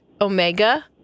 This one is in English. Omega